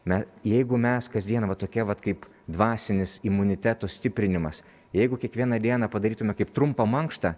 na jeigu mes kasdieną va tokie vat kaip dvasinis imunitetų stiprinimas jeigu kiekvieną dieną padarytume kaip trumpą mankštą